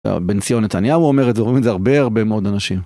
בן ציון נתניהו אומר את זה, אומרים את זה הרבה הרבה מאוד אנשים.